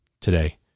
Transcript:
today